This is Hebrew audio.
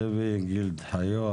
דבי גילד-חיו,